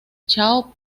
chao